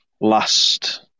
last